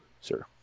sir